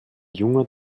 junger